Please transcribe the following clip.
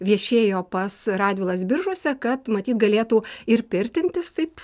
viešėjo pas radvilas biržuose kad matyt galėtų ir pirtintis taip